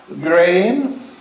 grain